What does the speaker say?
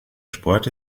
sport